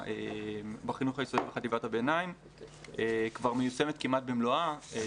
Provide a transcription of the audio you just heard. בחינוך היסודי ובחטיבת הביניים כבר מיושמת כמעט במלואה,